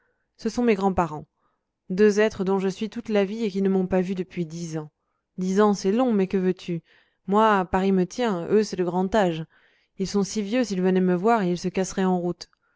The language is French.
ce sont mes grands-parents deux êtres dont je suis toute la vie et qui ne m'ont pas vu depuis dix ans dix ans c'est long mais que veux-tu moi paris me tient eux c'est le grand âge ils sont si vieux s'ils venaient me voir ils se casseraient en route